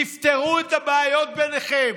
תפתרו את הבעיות ביניכם.